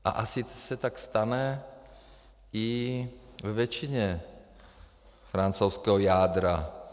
A asi se tak stane i ve většině francouzského jádra.